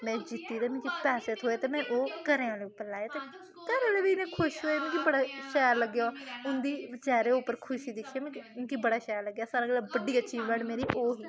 में जित्ती ते मिगी पैसे थ्होए में ओह् घरैआह्लें उप्पर लाए ते घरैआह्ले बी इन्ने खुश होए मिगी बड़ा शैल लग्गेआ उं'दी चैह्रै उप्पर खुशी दिक्खियै मिगी बड़ा शैल लग्गेआ सारें कोला बड़ी अचीवमेंट मेरी ओह् ही